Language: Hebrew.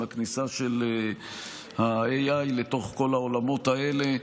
הכניסה של ה-AI לתוך כל העולמות האלה.